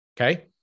Okay